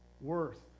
worth